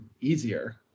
easier